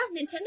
Nintendo